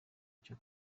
cyo